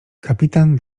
kapitan